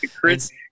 Chris